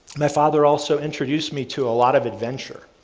my father also introduced me to a lot of adventure.